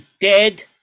dead